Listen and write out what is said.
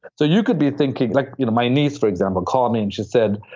so you could be thinking like, you know, my niece for example, called me, and she said,